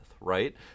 right